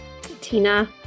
Tina